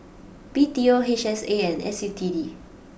B T O H S A and S U T D